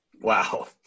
Wow